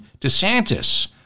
DeSantis